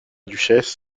duchesse